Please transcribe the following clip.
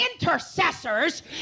intercessors